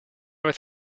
vez